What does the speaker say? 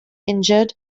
injured